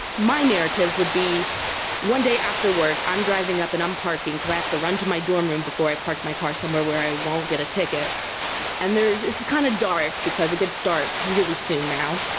my narrative would be one day after work i'm driving up and i'm parking because i have to run to my dorm room before i park my car somewhere where i won't get a ticket and it's kind of dark because it gets dark really soon now.